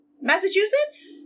Massachusetts